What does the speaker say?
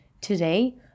Today